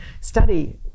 study